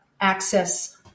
access